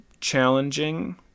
challenging